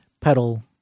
pedal